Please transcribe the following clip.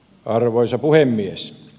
arvoisa puhemies